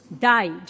died